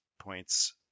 points